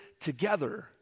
together